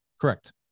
Correct